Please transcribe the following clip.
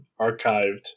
archived